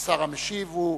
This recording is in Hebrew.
השר המשיב הוא,